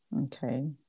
Okay